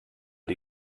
die